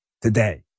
Today